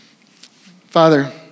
Father